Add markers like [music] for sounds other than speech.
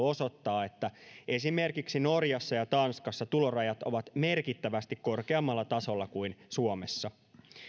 [unintelligible] osoittaa että esimerkiksi norjassa ja tanskassa tulorajat ovat merkittävästi korkeammalla tasolla kuin suomessa